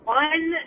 one